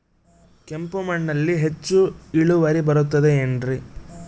ಕೆಂಪು ಮಣ್ಣಲ್ಲಿ ಹೆಚ್ಚು ಇಳುವರಿ ಬರುತ್ತದೆ ಏನ್ರಿ?